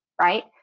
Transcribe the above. right